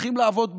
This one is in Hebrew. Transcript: הולכים לעבוד בזה: